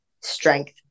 strength